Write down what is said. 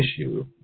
issue